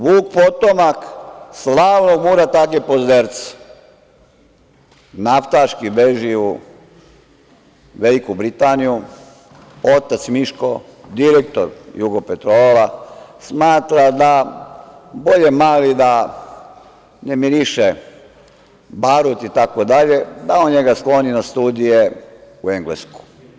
Vuk potomak slavnog Murata age Pozderca, naftaški beži u Veliku Britaniju, otac Miško, direktor „Jugopetrola“ smatra da bolje mali da ne miriše barut, da on njega skloni na studije u Englesku.